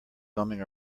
bumming